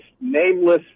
nameless